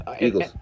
Eagles